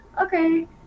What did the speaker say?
okay